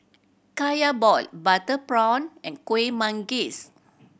Kaya ball butter prawn and Kueh Manggis